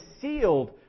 sealed